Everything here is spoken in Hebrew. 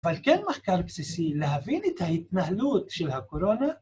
‫אבל כן מחקר בסיסי להבין ‫את ההתנהלות של הקורונה.